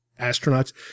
astronauts